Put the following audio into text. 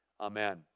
Amen